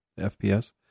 FPS